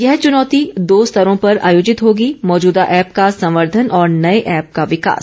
यह चुनौती दो स्तरों पर आयोजित होगी मौजूदा ऐप का संवर्धन और नये ऐप का विकास